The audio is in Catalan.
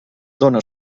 dóna